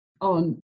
on